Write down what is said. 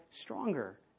stronger